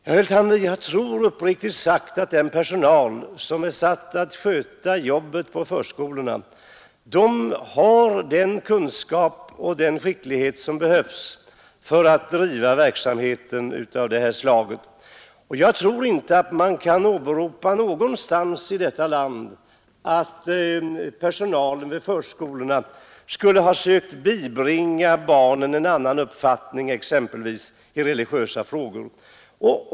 Jag tror uppriktigt sagt, herr Hyltander, att den personal som är satt att sköta arbetet på förskolorna har den kunskap och den skicklighet som behövs för att driva en verksamhet av detta slag. Jag tror inte att man någonstans i detta land kan åberopa att personalen vid förskolorna skulle ha sökt bibringa barnen en viss uppfattning i exempelvis religiösa frågor.